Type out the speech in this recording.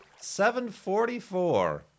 744